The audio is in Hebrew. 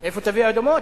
איפה תביאו אדמות?